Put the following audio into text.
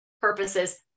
purposes